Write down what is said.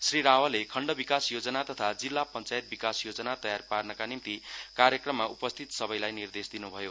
श्री रावले खण्ड विकास योजना तथा जिल्ला पञ्चायत विकास योजना तयार पार्नका निम्ति कार्यक्रममा उपस्थित सबैलाई निर्देश दिनुभयो